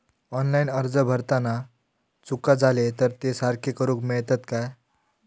Online अर्ज भरताना चुका जाले तर ते सारके करुक मेळतत काय?